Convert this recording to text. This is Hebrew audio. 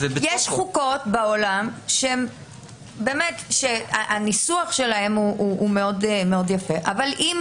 בעולם יש חוקות שהניסוח שלהן הוא מאוד יפה אבל אם